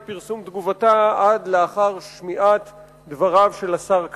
פרסום תגובתה עד לאחר שמיעת דבריו של השר כאן.